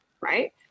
right